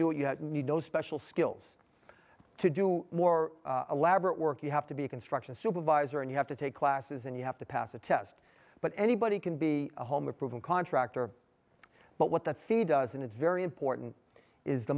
do it you need no special skills to do more elaborate work you have to be a construction supervisor and you have to take classes and you have to pass a test but anybody can be a home improvement contractor but what that fee does and it's very important is the